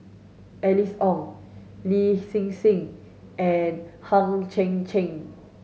Alice Ong Lin Hsin Hsin and Hang Chang Chieh